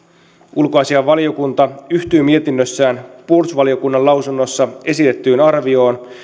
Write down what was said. ulkoasiainvaliokunta yhtyy mietinnössään puolustusvaliokunnan lausunnossa esitettyyn arvioon